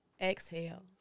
Exhale